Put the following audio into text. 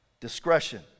discretion